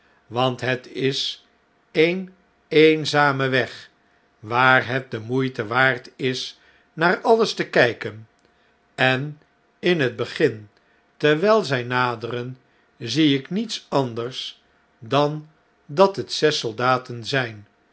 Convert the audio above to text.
want het is een eenzame weg waar het de moeite waard is naar alles te kjjken en in het begin terwjjl zjj naderen zie ik niets anders dan dat bet zes soldaten zjjn